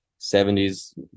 70s